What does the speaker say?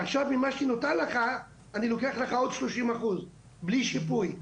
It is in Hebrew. עכשיו ממה שנותר לך אני לוקח לך עוד שלושים אחוז ללא שיפוי.